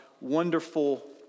wonderful